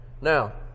Now